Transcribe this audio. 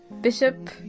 Bishop